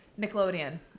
Nickelodeon